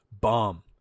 bomb